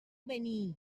venir